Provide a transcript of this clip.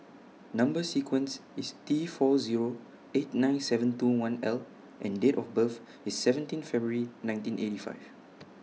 Number sequence IS T four Zero eight nine seven two one L and Date of birth IS seventeen February nineteen eighty five